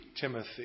Timothy